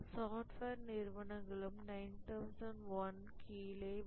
software நிறுவனங்களும் 9001 கீழே வரும்